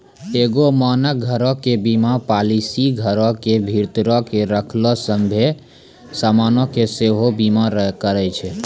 एगो मानक घरो के बीमा पालिसी घरो के भीतरो मे रखलो सभ्भे समानो के सेहो बीमा करै छै